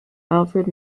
alfred